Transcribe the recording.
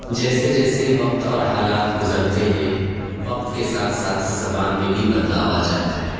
جیسے جیسے وقت اور حالات گزرتے ہیں وقت کے ساتھ ساتھ زبان میں بھی بدلاؤ آ جاتا ہے